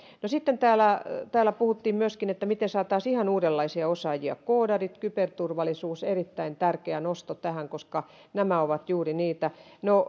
sitten täällä täällä puhuttiin myöskin siitä miten saataisiin ihan uudenlaisia osaajia koodarit kyberturvallisuus erittäin tärkeä nosto koska nämä ovat juuri niitä